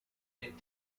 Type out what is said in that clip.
hit